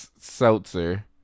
Seltzer